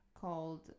called